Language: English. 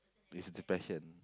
is depression